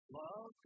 love